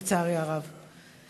לצערי הרב.